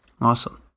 awesome